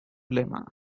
lema